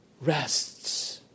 rests